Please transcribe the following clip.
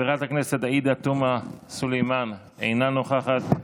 חברת הכנסת עאידה תומא סלימאן, אינה נוכחת,